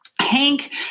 Hank